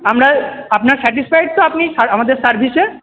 আমরা আপনার স্যাটিসফায়েড তো আপনি আমাদের সার্ভিসে